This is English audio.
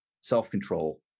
self-control